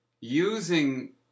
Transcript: using